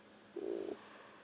mm